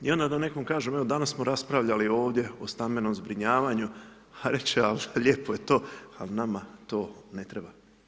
I onda da nekom kažem danas smo raspravljali ovdje o stambenom zbrinjavanju, a reći će lijepo je to, ali nama to ne treba.